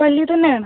വൈകിട്ടു തന്നെയാണ്